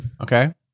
Okay